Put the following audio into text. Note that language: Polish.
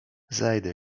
zejdę